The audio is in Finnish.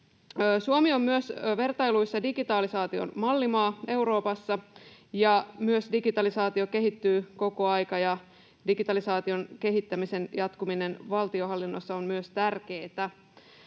Suomi on vertailuissa digitalisaation mallimaa Euroopassa. Digitalisaatio myös kehittyy koko ajan, ja digitalisaation kehittämisen jatkuminen valtionhallinnossa on myös tärkeätä.